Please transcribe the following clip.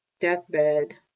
deathbed